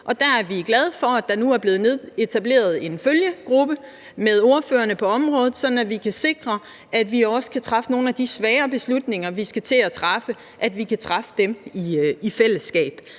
er vi glade for, at der nu er blevet etableret en følgegruppe med ordførerne på området, sådan at vi kan sikre, at vi kan træffe nogle af de svære beslutninger, vi skal til at træffe, i fællesskab.